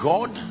God